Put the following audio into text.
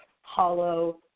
hollow